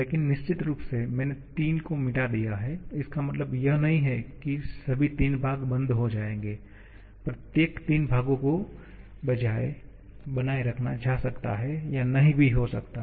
लेकिन निश्चित रूप से मैंने तीन को मिटा दिया है इसका मतलब यह नहीं है कि ये सभी तीन भाग बंद हो जाएंगे प्रत्येक तीन भागों को बनाए रखा जा सकता है या नहीं भी हो सकता